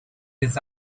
his